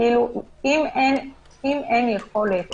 אם אין יכולת